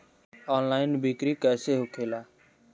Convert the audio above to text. Online बिक्री कैसे होखेला?